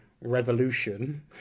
revolution